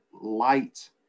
light